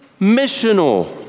missional